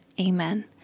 Amen